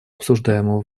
обсуждаемого